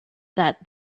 that